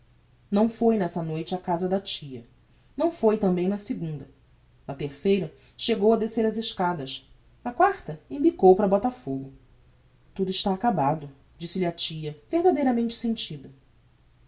não foi nessa noite á casa da tia não foi tembem na segunda na terceira chegou a descer as escadas na quarta embicou para botafogo tudo está acabado disse-lhe a tia verdadeiramente sentida